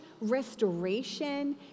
restoration